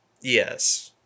Yes